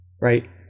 Right